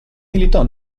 militò